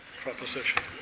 proposition